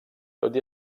tot